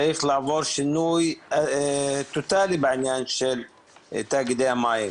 צריך לעבור שינוי טוטאלי בעניין של תאגידי המים.